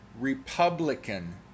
Republican